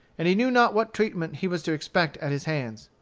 and he knew not what treatment he was to expect at his hands.